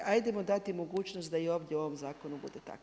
Ajdemo dati mogućnost da i ovdje u ovom zakonu bude tako.